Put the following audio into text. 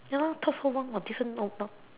ya lor talk so long got different or not